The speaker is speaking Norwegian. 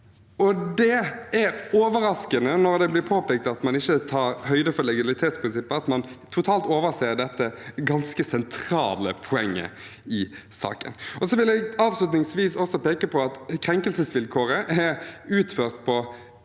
Det er overraskende at det blir påpekt at man ikke tar høyde for legalitetsprinsippet, at man totalt overser dette ganske sentrale poenget i saken. Jeg vil avslutningsvis også peke på at krenkelsesvilkåret er i tråd